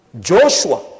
Joshua